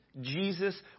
Jesus